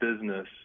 business